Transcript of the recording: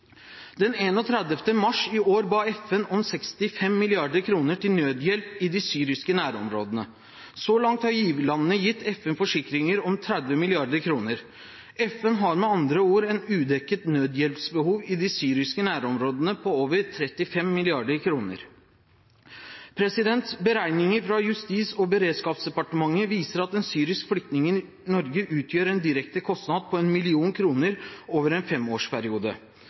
Den 31. mars i år ba FN om 65 mrd. kr til nødhjelp i de syriske nærområdene. Så langt har giverlandene gitt FN forsikringer om 30 mrd. kr. FN har med andre ord et udekket nødhjelpsbehov i de syriske nærområdene på over 35 mrd. kr. Beregninger fra Justis- og beredskapsdepartementet viser at en syrisk flyktning i Norge utgjør en direkte kostnad på 1 mill. kr over en femårsperiode.